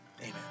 amen